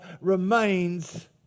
remains